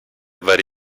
varie